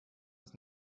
ist